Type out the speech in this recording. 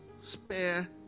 spare